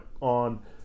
on